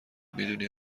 میدونی